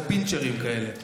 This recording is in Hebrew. או פינצ'רים כאלה.